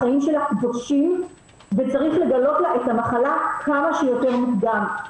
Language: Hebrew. החיים שלה קדושים וצריך לגלות לה את המחלה כמה שיותר מוקדם.